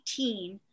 18